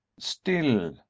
still,